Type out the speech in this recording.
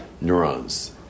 neurons